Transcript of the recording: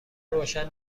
روشن